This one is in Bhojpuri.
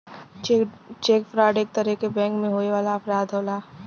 चेक फ्रॉड एक तरे क बैंक में होए वाला अपराध होला